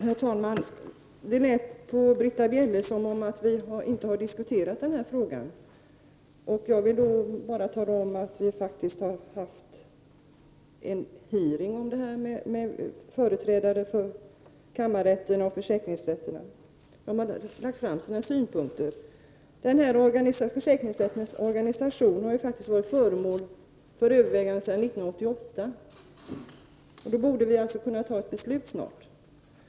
Herr talman! Det lät på Britta Bjelle som om vi inte hade diskuterat denna fråga. Jag vill då bara påpeka att vi faktiskt hade en utfrågning i ärendet med företrädare för kammarrätten och försäkringsrätterna som lade fram sina synpunkter. Försäkringsrättens organisation har varit föremål för överväganden sedan 1988. Då borde vi alltså kunna fatta beslut snart.